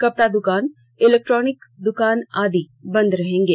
कपड़ा दुकान इलेक्ट्रॉनिक्स दुकान आदि बंद रहेंगे